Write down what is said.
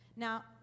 Now